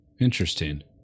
Interesting